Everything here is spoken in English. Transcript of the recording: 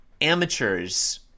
amateurs